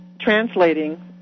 translating